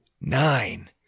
Nine